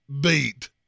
beat